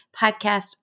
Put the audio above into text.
Podcast